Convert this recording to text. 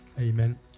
Amen